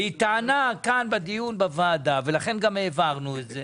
היא טענה בוועדה, ולכן גם העברנו את זה,